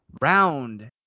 round